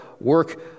work